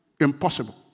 Impossible